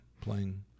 playing